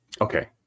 okay